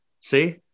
See